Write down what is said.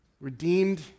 Redeemed